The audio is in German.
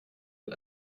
mit